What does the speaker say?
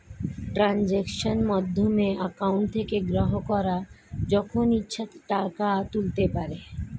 ট্রানজাক্শনের মাধ্যমে অ্যাকাউন্ট থেকে গ্রাহকরা যখন ইচ্ছে টাকা তুলতে পারে